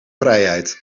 vrijheid